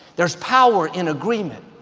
there's power in agreement.